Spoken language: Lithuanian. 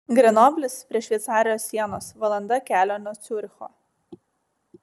grenoblis prie šveicarijos sienos valanda kelio nuo ciuricho